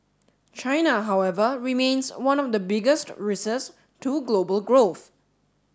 China however remains one of the biggest risks to global growth